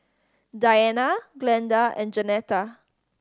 Diana Glenda and Jeanetta